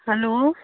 hello